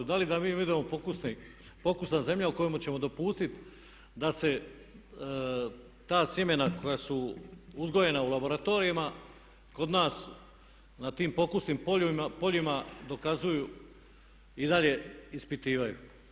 Da li da mi uvedemo pokusna zemlja u kojima ćemo dopustiti da se ta sjemena koja su uzgojena u laboratorijama kod nas na tim pokusnim poljima dokazuju i dalje ispitivaju.